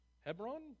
Hebron